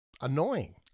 annoying